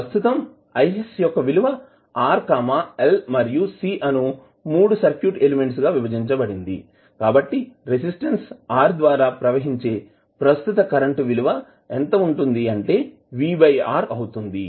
ప్రస్తుతం Is యొక్క విలువ R L మరియు C అను 3 సర్క్యూట్ ఎలిమెంట్స్ గా విభజించబడింది కాబట్టి రెసిస్టన్స్ R ద్వారా ప్రవహించే ప్రస్తుత కరెంట్ విలువ ఎంత అంటే V R అవుతుంది